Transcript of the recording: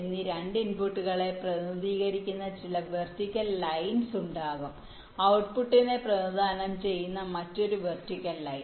എന്നീ രണ്ട് ഇൻപുട്ടുകളെ പ്രതിനിധീകരിക്കുന്ന ചില വെർട്ടിക്കൽ ലൈൻസ് ഉണ്ടാകും ഔട്ട്പുട്ടിനെ പ്രതിനിധാനം ചെയ്യുന്ന മറ്റൊരു വെർട്ടിക്കൽ ലൈൻ